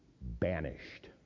banished